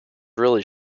really